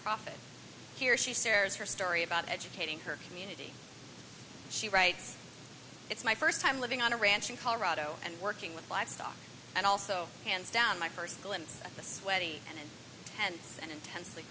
nonprofit here she serves her story about educating her community she writes it's my first time living on a ranch in colorado and working with livestock and also hands down my first glimpse of the sweaty and tents and intensely